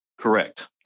Correct